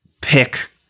pick